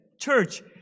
church